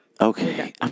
Okay